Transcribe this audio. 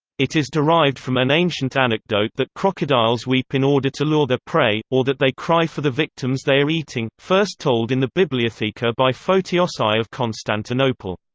it is derived from an ancient anecdote that crocodiles weep in order to lure their prey, or that they cry for the victims they are eating, first told in the bibliotheca by photios i of constantinople.